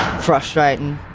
frustrating.